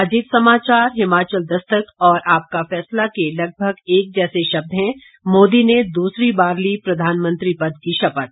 अजीत समाचार हिमाचल दस्तक और आपका फैसला के लगभग एक जैसे शब्द हैं मोदी ने दूसरी बार ली प्रधानमंत्री पद की शपथ